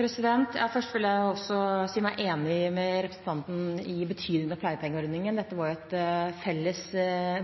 Først vil jeg si meg enig med representanten i betydningen av pleiepengeordningen. Dette var et felles